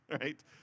right